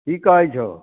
की कहै छहो